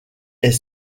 est